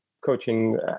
coaching